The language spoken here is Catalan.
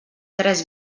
tres